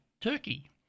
Turkey